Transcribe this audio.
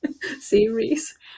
series